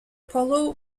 polo